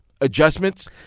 adjustments